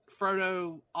Frodo